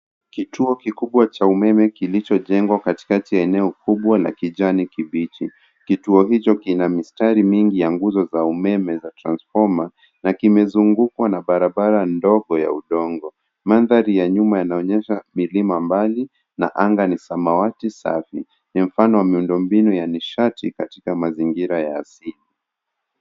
Kituo kikubwa cha umeme kilichojengwa katikati ya eneo kubwa la kijani kibichi. kituo hicho kina mistari mingi ya nguzo za umeme za transfoma na kimezungukwa na barabara ndogo ya udongo. Mandhari ya nyuma yanaonyesha milima mbali na anga ni samawati safi ni mifano ya miundombinu nishati katika mazingira ya asili.